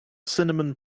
cinnamon